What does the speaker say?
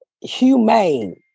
humane